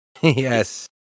Yes